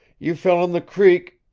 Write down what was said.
you fell in the creek